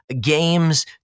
games